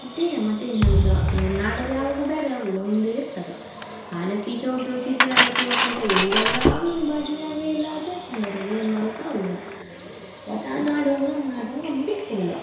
ಇಷ್ಟೇಯ ಮತ್ತು ಏನು ಹೇಳುದು ಇವ್ರು ನಾಡೋರು ಯಾವಾಗ್ಲೂ ಬೇರೆ ಆಗುಲ್ಲ ಒಂದೇ ಇರ್ತಾರ್ ಹಾಲಕ್ಕಿ ಚೌಡ್ರು ಸಿದ್ದಿ ಹಾಲಕ್ಕಿ ಒಕ್ಲಿಗ ಇವರೆಲ್ಲ ಒಂದೊಂದು ಭಾಷೆ ಆಗಿ ಇಲ್ಲ ಸೇರ್ಕಂಡರಿಗೆ ಏನೂ ಮಾಡುಕ್ಕೆ ಆಗುಲ್ಲ ಒಟ್ಟು ನಾಡೋರು ನಮ್ಮ ನಾಡೋರು ನಮ್ಮ ಬಿಟ್ಟು ಕೊಡುಲ್ಲ